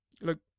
look